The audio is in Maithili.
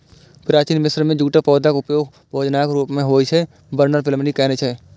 प्राचीन मिस्र मे जूटक पौधाक उपयोग भोजनक रूप मे होइ के वर्णन प्लिनी कयने छै